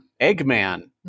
Eggman